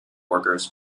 workers